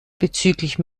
bezüglich